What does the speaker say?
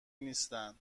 نیستن